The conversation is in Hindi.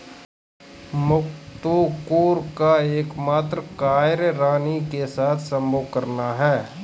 मुकत्कोर का एकमात्र कार्य रानी के साथ संभोग करना है